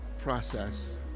process